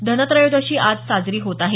धनत्रयोदशी आज साजरी होत आहे